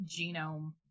genome